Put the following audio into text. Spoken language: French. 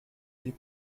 les